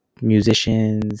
musicians